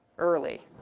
early.